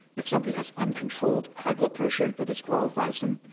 if somebody has uncontrolled high blood pressure, that disqualifies them.